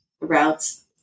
routes